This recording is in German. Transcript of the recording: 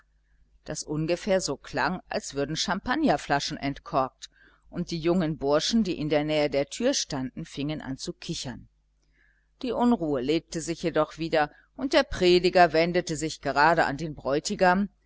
das ungefähr so klang als würden champagnerflaschen entkorkt und die jungen burschen die in der nähe der tür standen fingen an zu kichern die unruhe legte sich jedoch wieder und der prediger wendete sich gerade an den bräutigam